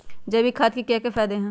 जैविक खाद के क्या क्या फायदे हैं?